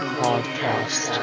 podcast